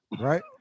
Right